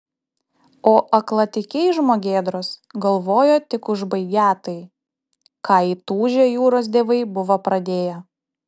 o aklatikiai žmogėdros galvojo tik užbaigią tai ką įtūžę jūros dievai buvo pradėję